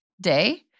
day